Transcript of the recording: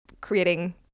creating